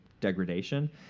degradation